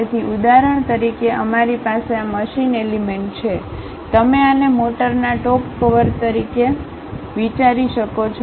તેથી ઉદાહરણ તરીકે અમારી પાસે આ મશીન એલિમેન્ટ છે તમે આને મોટરના ટોપ કવર તરીકે વિચારી શકો છો